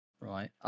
Right